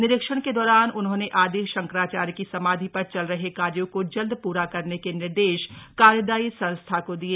निरीक्षण के दौरान उन्होंने आदि शंकराचार्य की समाधि पर चल रहे कार्यों को जल्द पूरा करने के निर्देश कार्यदाई संस्था को दिए